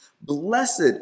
Blessed